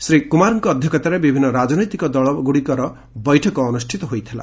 ଶ୍ରୀ କୁମାରଙ୍କ ଅଧ୍ଧକ୍ଷତାରେ ବିଭିନ୍ନ ରାଜନୈତିକ ଦଳମାନଙ୍କର ବୈଠକ ଅନୁଷ୍ବିତ ହୋଇଥିଲା